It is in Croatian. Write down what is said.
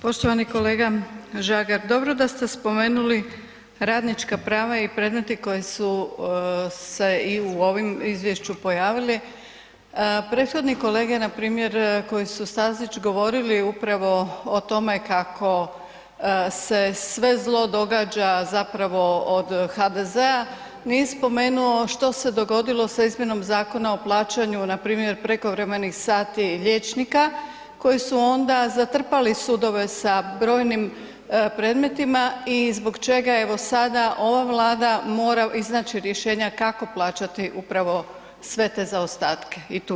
Poštovani kolega Žagar, dobro da ste spomenuli radnička prava i predmeti koji su se i u ovim izvješću pojavili, prethodni kolege npr. koji su, Stazić, govorili upravo o tome kako se sve zlo događa zapravo od HDZ-a nije spomenuo što se dogodilo sa izmjenom Zakona o plaćanju npr. prekovremenih sati liječnika koji su onda zatrpali sudove sa brojnim predmetima i zbog čega evo sada ova Vlada mora iznaći rješenja kako plaćati upravo sve te zaostatke i tužbe.